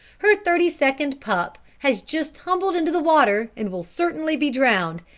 her thirty-second pup has just tumbled into the water, and will certainly be drowned.